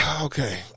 okay